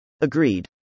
Agreed